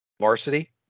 Varsity